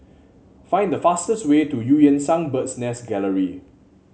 find the fastest way to Eu Yan Sang Bird's Nest Gallery